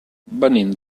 venim